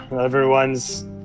Everyone's